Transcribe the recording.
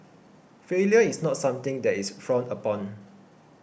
failure is not something that is frowned upon